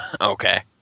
Okay